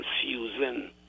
confusing